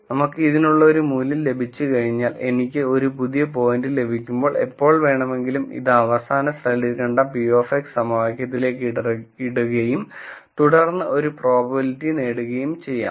നമുക്ക് ഇതിനുള്ള ഒരു മൂല്യം ലഭിച്ചുകഴിഞ്ഞാൽ എനിക്ക് ഒരു പുതിയ പോയിന്റ് ലഭിക്കുമ്പോൾ എപ്പോൾ വേണമെങ്കിലും അത് അവസാന സ്ലൈഡിൽ കണ്ട p of x സമവാക്യത്തിലേക്ക് ഇടുകയും തുടർന്ന് ഒരു പ്രോബബിലിറ്റി നേടുകയും ചെയ്യും